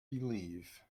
believe